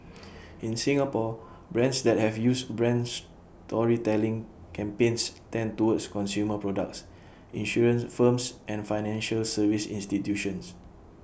in Singapore brands that have used brand storytelling campaigns tend towards consumer products insurance firms and financial service institutions